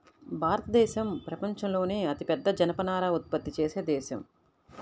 భారతదేశం ప్రపంచంలోనే అతిపెద్ద జనపనార ఉత్పత్తి చేసే దేశం